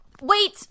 Wait